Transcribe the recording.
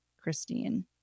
Christine